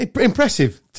impressive